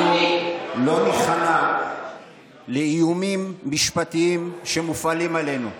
אנחנו לא ניכנע לאיומים משפטיים שמופעלים עלינו.